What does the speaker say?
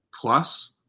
plus